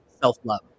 self-love